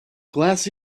glass